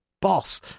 boss